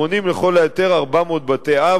המונים לכל היותר 400 בתי-אב,